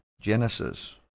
Genesis